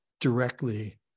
directly